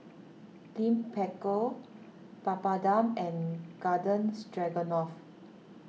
Lime Pickle Papadum and Garden Stroganoff